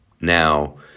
Now